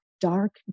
dark